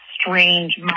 strange